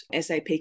SAP